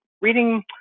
reading